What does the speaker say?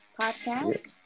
Podcast